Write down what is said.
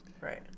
Right